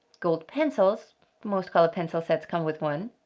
gold pencils most color pencil sets come with one,